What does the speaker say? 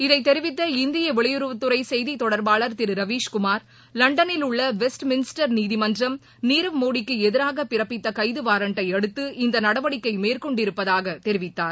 இதை தெரிவித்த இந்திய வெளியுறவுத்துறை செய்தி தொடர்பாளர் திரு ரவிஷ் குமார் ரலண்டனில் உள்ள வெஷ்ட்மின்ஸ்டர் நீதிமன்றம் நீரவ் மோடிக்கு எதிராக பிறப்பித்த கைது வாரண்டை அடுத்து இந்த நடவடிக்கை மேற்கொண்டிருப்பதாக தெரிவித்தார்